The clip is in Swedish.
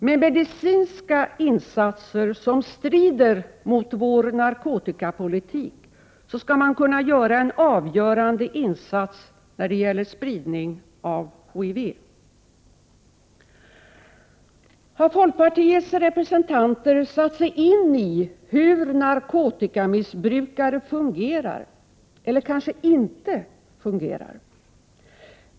Med medicinska insatser, som strider mot vår narkotikapolitik, skall man kunna göra en avgörande insats när det gäller spridning av HIV. Har folkpartiets representanter satt sig in i hur narkotikamissbrukare fungerar eller kanske inte fungerar?